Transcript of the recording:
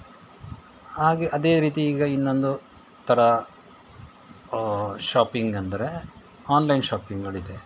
ಹಾಗೆ ಅದೇ ರೀತಿ ಈಗ ಇನ್ನೊಂದು ಥರ ಶಾಪಿಂಗ್ ಅಂದರೆ ಆನ್ಲೈನ್ ಶಾಪಿಂಗ್ಗಳಿದೆ